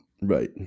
Right